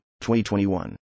2021